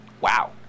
Wow